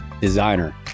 designer